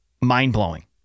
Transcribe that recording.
mind-blowing